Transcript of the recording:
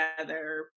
together